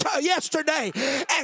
yesterday